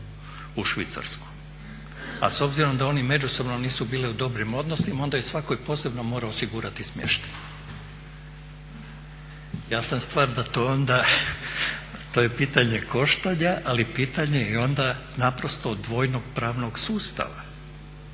u Švicarsku. A s obzirom da oni međusobno nisu bile u dobrim odnosima onda je svakoj posebno morao osigurati smještaj. Jasna stvar da to onda, to je pitanje koštanja ali i pitanje onda naprosto dvojnog pravnog sustava.